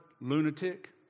lunatic